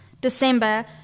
December